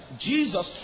Jesus